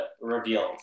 revealed